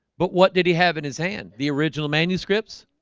but what did he have in his hand the original manuscripts